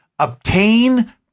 Obtain